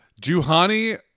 Juhani